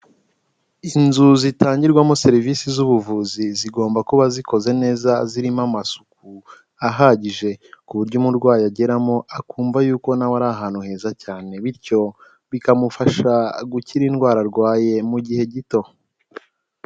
Inzu zitangirwamo serivisi z'ubuvuzi zigomba kuba zikoze neza, zirimo amasuku ahagije, ku buryo umurwayi ageramo akumva yuko nawe ari ahantu heza cyane, bityo bikamufasha gukira indwara arwaye mu gihe gito.